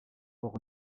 port